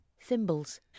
thimbles